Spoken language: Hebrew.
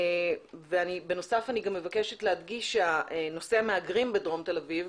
אני בנוסף גם מבקשת להדגיש שנושא המהגרים בדרום תל אביב,